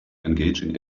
engaging